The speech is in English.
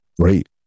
great